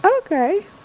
okay